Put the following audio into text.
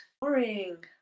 Boring